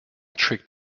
trick